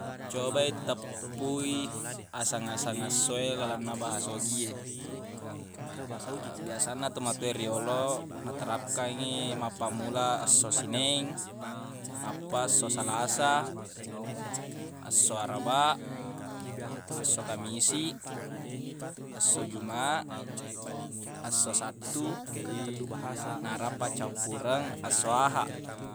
Cobai teppui aseng-aseng esso lalenna bahasa ogi e biasanna tomatowa e riyolo naterapkangngi mappammula esso sineng nappa esso salasa esso araba esso kamisiq esso juma esso sattu nara paccappureng esso ahaq.